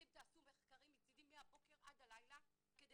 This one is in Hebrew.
אתם תעשו מחקרים מצדי מהבוקר עד הלילה כדי